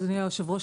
אדוני היושב-ראש,